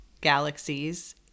galaxies